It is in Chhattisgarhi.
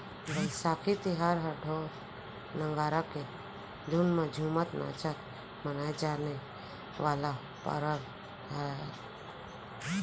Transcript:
बइसाखी तिहार ह ढोर, नंगारा के धुन म झुमत नाचत मनाए जाए वाला परब हरय